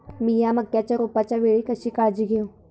मीया मक्याच्या रोपाच्या वेळी कशी काळजी घेव?